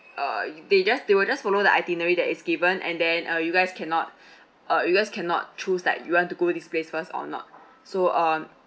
uh yo~ they just they will just follow the itinerary that is given and then uh you guys cannot uh you guys cannot choose like you want to go this place first or not so on